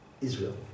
Israel